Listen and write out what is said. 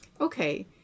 Okay